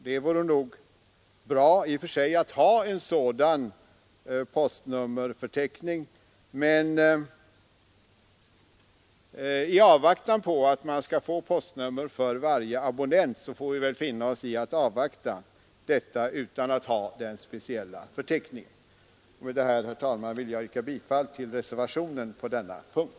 Det vore nog i och för sig bra att ha en sådan postnummerförteckning, men i avvaktan på att man skall få postnummer för varje abonnent får vi väl finna oss i att vara utan denna speciella förteckning. Med detta, herr talman, vill jag yrka bifall till reservationen på denna punkt.